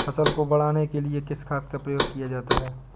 फसल को बढ़ाने के लिए किस खाद का प्रयोग किया जाता है?